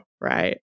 right